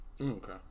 Okay